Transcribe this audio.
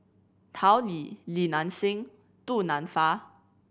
Tao Li Li Nanxing Du Nanfa